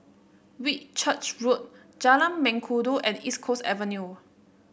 Whitchurch Road Jalan Mengkudu and East Coast Avenue